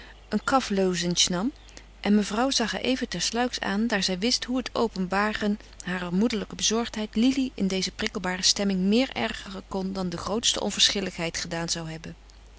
een cough lozenge nam en mevrouw zag haar even tersluiks aan daar zij wist hoe het openbaren harer moederlijke bezorgdheid lili in deze prikkelbare stemming meer ergeren kon dan de grootste onverschilligheid gedaan zou hebben